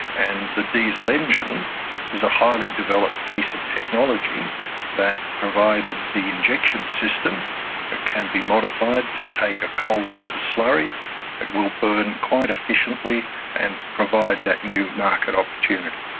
and the diesel engine is a highly developed piece of technology that, provided the injection system can be modified to take a coal-water slurry, it will burn quite efficiently and provide that new market opportunity.